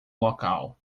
local